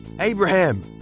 Abraham